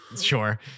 Sure